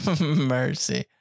Mercy